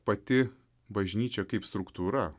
pati bažnyčia kaip struktūra